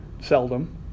seldom